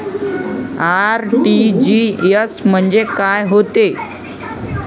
RTGS म्हंजे काय होते?